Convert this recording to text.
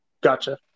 Gotcha